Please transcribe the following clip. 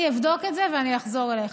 אני אבדוק את זה ואני אחזור אליך.